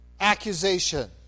accusation